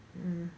mm